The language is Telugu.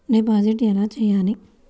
డిపాజిట్ ఎలా చెయ్యాలి?